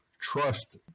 trust